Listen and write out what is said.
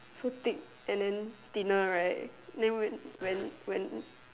so thick and then thinner right then when when